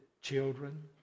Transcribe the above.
Children